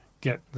get